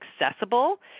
accessible